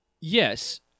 Yes